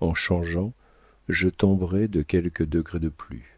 en changeant je tomberais de quelques degrés de plus